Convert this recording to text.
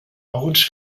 alguns